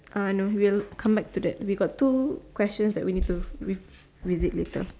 uh no we'll come back to that we got two questions that we need to revisit it later